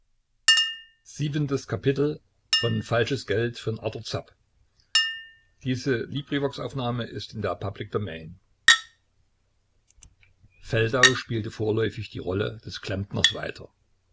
scheine erhielt feldau spielte vorläufig die rolle des klempners weiter